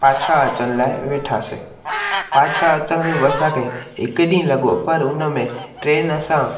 पाछा अचण लाइ वेठासीं पाछा अचण में बि असांखे हिक ॾींहुं लॻो पर हुन में ट्रेन असां